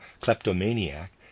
kleptomaniac